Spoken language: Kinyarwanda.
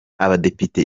abadepite